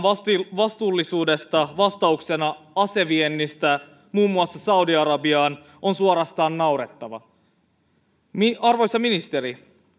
vastuullisuudesta vastauksena aseviennistä muun muassa saudi arabiaan on suorastaan naurettava arvoisa ministeri